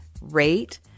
rate